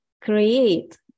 create